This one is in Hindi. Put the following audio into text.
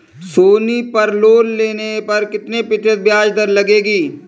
सोनी पर लोन लेने पर कितने प्रतिशत ब्याज दर लगेगी?